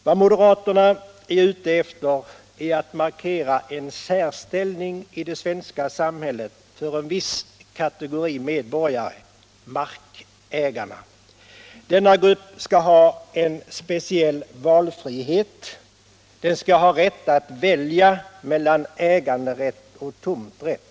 Vad moderaterna är ute efter är att markera en särställning i det svenska samhället för en viss kategori medborgare: markägarna. Denna grupp skall ha en speciell valfrihet. Den skall ha rätt att välja mellan äganderätt och tomträtt.